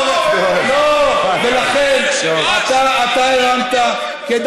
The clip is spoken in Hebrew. לא, ולכן אתה הרמת, טוב.